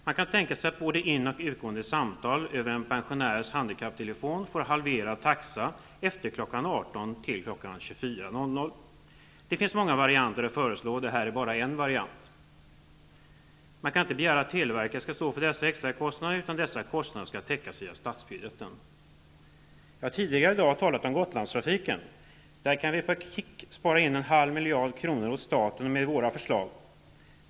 Man kan tänka sig att det för både in och utgående samtal över en pensionärs-/handikapptelefon införs en halverad taxa för samtal efter kl. 18.00 och fram till kl. 00.00. Det finns många varianter att föreslå. Jag nöjer mig med ett förslag. Man kan inte begära att televerket skall stå för dessa extrakostnader, utan dessa kostnader skall täckas via statsbudgeten. Jag har tidigare i dag talat om Gotlandstrafiken. På ett ''kick'' kan en halv miljard kronor sparas in åt staten med vårt förslag.